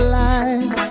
life